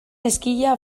ezkila